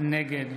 נגד